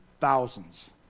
thousands